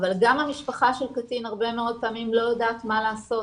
אבל גם המשפחה של קטין הרבה מאוד פעמים לא יודעת מה לעשות,